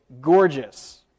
gorgeous